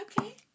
Okay